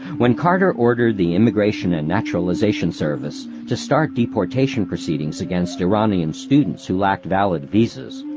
when carter ordered the immigration and naturalization service to start deportation proceedings against iranian students who lacked valid visas,